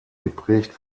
geprägt